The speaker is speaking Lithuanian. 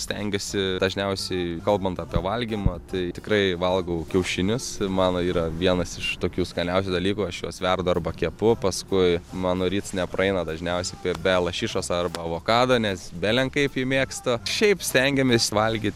stengiuosi dažniausiai kalbant apie valgymą tai tikrai valgau kiaušinius mano yra vienas iš tokių skaniausių dalykų aš juos verdu arba kepu paskui mano rytas nepraeina dažniausiai be lašišos arba avokado nes belenkaip jį mėgstu šiaip stengiamės valgyt